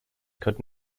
could